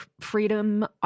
freedom